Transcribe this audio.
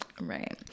Right